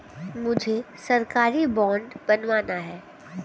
मुझे सरकारी बॉन्ड बनवाना है